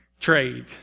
Trade